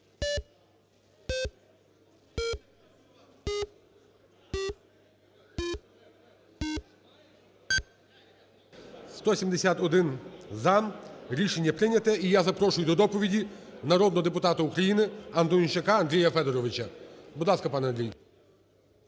За-171 Рішення прийнято. І я запрошую до доповіді народного депутата УкраїниАнтонищака Андрія Федоровича. Будь ласка, пане Андрію.